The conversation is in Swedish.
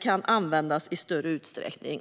kan användas i större utsträckning.